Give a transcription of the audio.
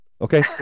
Okay